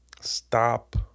stop